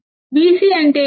Vc అంటే ఏమిటి